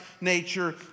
nature